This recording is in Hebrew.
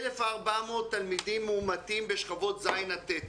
1,400 תלמידים מאומתים בשכבות ז' ט'.